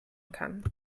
kann